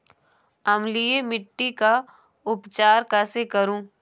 अम्लीय मिट्टी का उपचार कैसे करूँ?